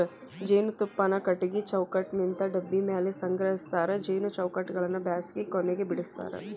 ಜೇನುತುಪ್ಪಾನ ಕಟಗಿ ಚೌಕಟ್ಟನಿಂತ ಡಬ್ಬಿ ಮ್ಯಾಲೆ ಸಂಗ್ರಹಸ್ತಾರ ಜೇನು ಚೌಕಟ್ಟಗಳನ್ನ ಬ್ಯಾಸಗಿ ಕೊನೆಗ ಬಿಡಸ್ತಾರ